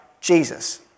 Jesus